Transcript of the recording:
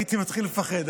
הייתי מתחיל לפחד,